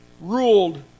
ruled